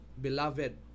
beloved